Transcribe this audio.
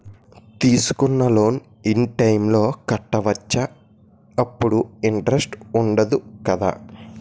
తీసుకున్న loan in time లో కట్టవచ్చ? అప్పుడు ఇంటరెస్ట్ వుందదు కదా?